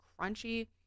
crunchy